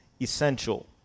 essential